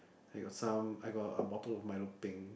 I got some I got a bottle of milo peng